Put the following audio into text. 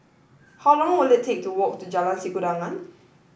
how long will it take to walk to Jalan Sikudangan